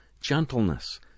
gentleness